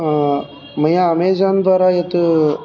मया अमेजान् द्वारा यत्